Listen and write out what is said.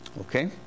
Okay